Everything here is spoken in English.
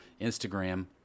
Instagram